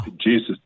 Jesus